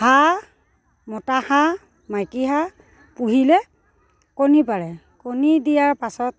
হাঁহ মতা হাঁহ মাইকী হাঁহ পুহিলে কণী পাৰে কণী দিয়াৰ পাছত